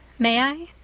may i